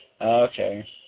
Okay